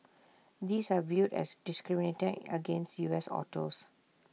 these are viewed as discriminating against U S autos